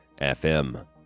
FM